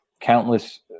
countless